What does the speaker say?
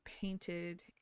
painted